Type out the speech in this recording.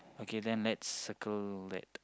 okay then let's circle that